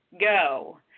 go